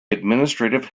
administrative